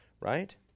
Right